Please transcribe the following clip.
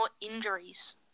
injuries